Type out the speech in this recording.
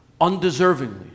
undeservingly